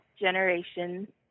generation